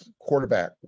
quarterback